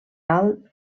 alt